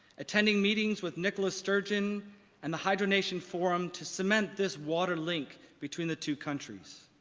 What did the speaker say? attending meetings with nicola sturgeon and the hydro nation forum to cement this water link between the two countries.